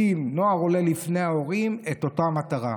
נוער עולה לפני הורים, הם עושים בדיוק לאותה מטרה.